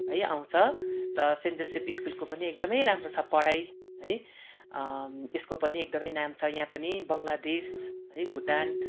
है आउँछ र सेन्ट जोसेफ स्कुलको पनि एकदमै राम्रो छ पढाई है यसको पनि एकदमै नाम छ यहाँ पनि है बङ्गलादेश भुटान